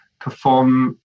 perform